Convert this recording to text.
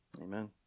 amen